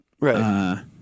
Right